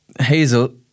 Hazel